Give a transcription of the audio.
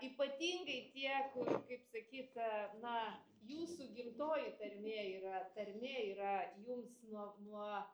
ypatingai tie kur kaip sakyt na jūsų gimtoji tarmė yra tarmė yra jums nuo nuo